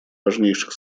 важнейших